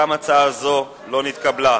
גם הצעה זו לא נתקבלה.